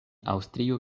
aŭstrio